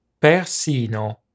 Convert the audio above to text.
Persino